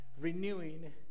Renewing